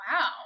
Wow